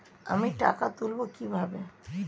আমি টাকা তুলবো কি ভাবে?